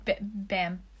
bam